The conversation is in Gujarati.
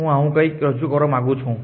હું આવું કંઈક રજૂ કરવા માંગુ છું